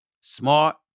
Smart